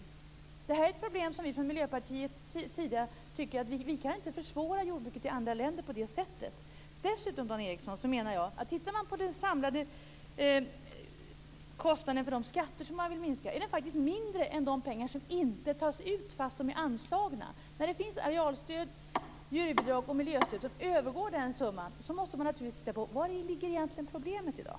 När det gäller det här problemet tycker vi från Miljöpartiets sida att vi inte kan försvåra jordbruket i andra länder på det sättet. Dessutom, Dan Ericsson, menar jag att om man tittar på den samlade kostnaden för de skatter som man vill sänka är den faktiskt mindre än den summa pengar som inte tas ut, fast pengarna är anslagna. När det finns arealstöd, djurbidrag och miljöstöd som övergår den summan måste man naturligtvis titta på vari problemet egentligen ligger i dag.